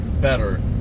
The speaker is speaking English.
better